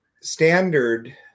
standard